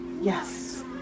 Yes